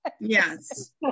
Yes